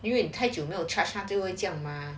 因为太久没有 charged 他就会这样 mah